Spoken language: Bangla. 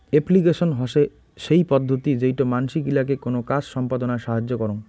এপ্লিকেশন হসে সেই পদ্ধতি যেইটো মানসি গিলাকে কোনো কাজ সম্পদনায় সাহায্য করং